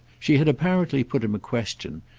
she had apparently put him a question,